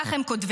כך הם כותבים.